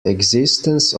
existence